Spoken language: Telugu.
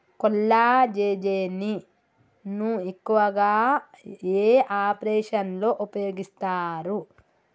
కొల్లాజెజేని ను ఎక్కువగా ఏ ఆపరేషన్లలో ఉపయోగిస్తారు?